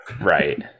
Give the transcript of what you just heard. right